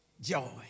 joy